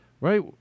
Right